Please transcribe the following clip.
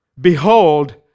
behold